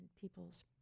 peoples